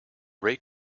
ray